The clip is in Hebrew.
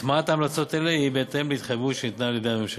הטמעת המלצות אלה היא בהתאם להתחייבות שניתנה על-ידי הממשלה.